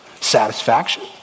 satisfaction